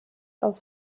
auf